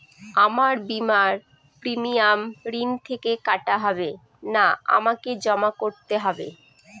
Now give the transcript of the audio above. আমার বিমার প্রিমিয়াম ঋণ থেকে কাটা হবে না আমাকে জমা করতে হবে?